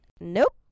nope